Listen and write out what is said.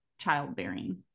childbearing